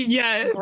yes